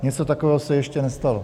Něco takového se ještě nestalo.